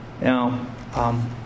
Now